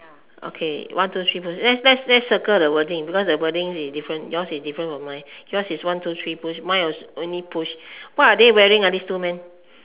okay one two three push let's let's just circle the wording because the wording is different yours is different from mine yours one two three push my is only push what are they wearing this two man